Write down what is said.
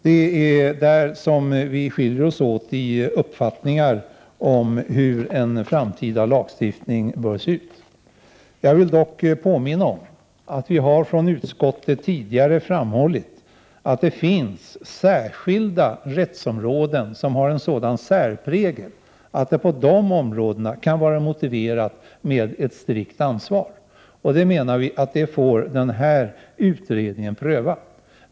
Det är där som vi skiljer oss åt i uppfattningen om hur en framtida lagstiftning bör se ut. Jag vill dock påminna om att vi från utskottets sida tidigare har framhållit att det finns särskilda rättsområden som har en sådan särprägel att det på de områdena kan vara motiverat med ett strikt ansvar. Vi menar att det får denna utredning pröva.